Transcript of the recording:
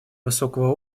высокого